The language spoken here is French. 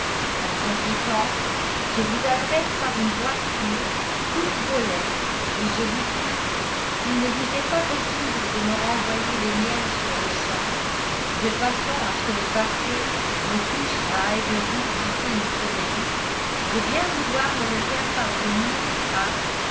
en conséquence je vous adresse par une voie sûre toutes vos lettres et je vous prie s'il ne vous est pas possible de me renvoyer les miennes sur-le-champ de façon à ce que le paquet me touche à highbury d'ici une semaine de bien vouloir me le faire parvenir à